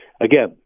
Again